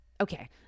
Okay